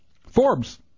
Forbes